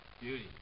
Beauty